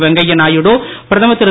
வெங்கய்ய நாயுடு பிரதமர் திரு